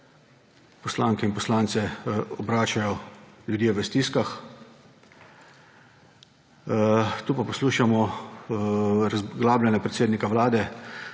poslanke in poslance, obračajo ljudje v stiskah, tu pa poslušamo razglabljanje predsednika Vlade,